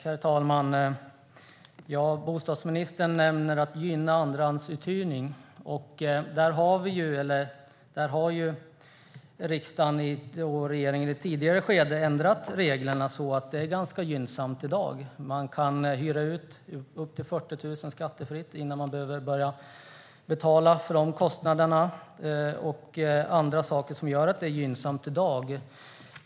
Herr talman! Bostadsministern talar om att gynna andrahandsuthyrning. Riksdagen och regeringen har ju i ett tidigare skede ändrat reglerna så att det är ganska gynnsamt i dag. Man kan hyra ut för upp till 40 000 kronor skattefritt innan man behöver börja betala. Det gör att det är gynnsamt i dag.